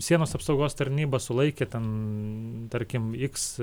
sienos apsaugos tarnyba sulaikė ten tarkim iks